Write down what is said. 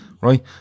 right